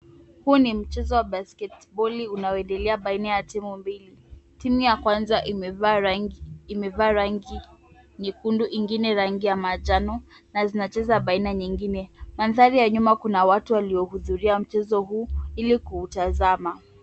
Huu ni mchezo wa basketboli unaoendelea baina ya timu mbili. Timu ya kwanza imevaa rangi nyekundu ingine rangi ya manjano na zinacheza baina nyingine. Mandhari ya nyuma kuna watu waliohudhuria huu ili kuutazama